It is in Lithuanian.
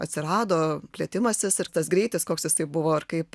atsirado plėtimasis ir tas greitis koks jisai buvo ir kaip